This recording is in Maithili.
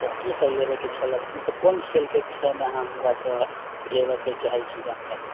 अच्छा किसब लेबयके छलए मतलब कौन खेलके विषयमे अहाँ हमरासे लेबयके चाहै छी जानकारी